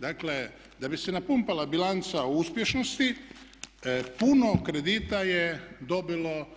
Dakle da bi se napumpala bilanca uspješnosti puno kredita je dobilo